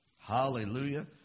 Hallelujah